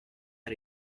how